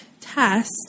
test